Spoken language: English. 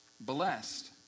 blessed